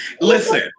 Listen